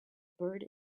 bird